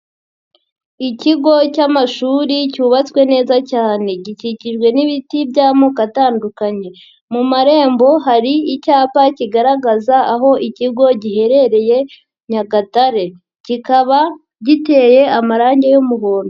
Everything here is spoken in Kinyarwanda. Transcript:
Ikigo cy'amashuri cyubatswe neza cyane, gikikijwe n'ibiti by'amoko atandukanye, mu marembo hari icyapa kigaragaza aho ikigo giherereye Nyagatare, kikaba giteye amarangi y'umuhondo.